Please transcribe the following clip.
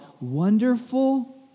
Wonderful